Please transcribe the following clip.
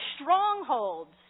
strongholds